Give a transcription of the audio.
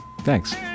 thanks